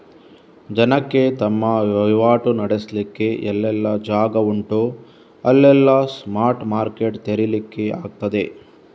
ಜನಕ್ಕೆ ತಮ್ಮ ವೈವಾಟು ನಡೆಸ್ಲಿಕ್ಕೆ ಎಲ್ಲೆಲ್ಲ ಜಾಗ ಉಂಟೋ ಅಲ್ಲೆಲ್ಲ ಸ್ಪಾಟ್ ಮಾರ್ಕೆಟ್ ತೆರೀಲಿಕ್ಕೆ ಆಗ್ತದೆ